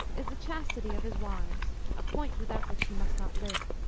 is the chastity of his wives a point without which he must not live.